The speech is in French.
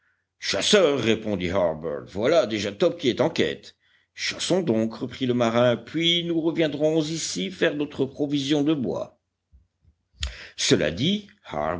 chasseurs répondit harbert voilà déjà top qui est en quête chassons donc reprit le marin puis nous reviendrons ici faire notre provision de bois cela dit